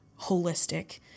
holistic